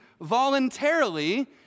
voluntarily